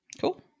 Cool